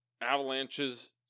avalanches